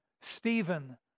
Stephen